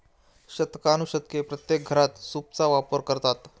शतकानुशतके प्रत्येक घरात सूपचा वापर करतात